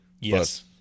Yes